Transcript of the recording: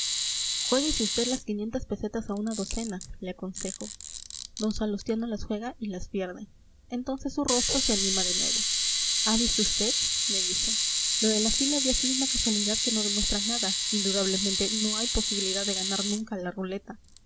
juéguese usted las pesetas a una docena le aconsejo d salustiano las juega y las pierde entonces su rostro se anima de nuevo ha visto usted me dice lo de la fila había sido una casualidad que no demuestra nada indudablemente no hay posibilidad de ganar nunca a la ruleta